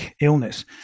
illness